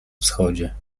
wschodzie